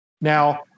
Now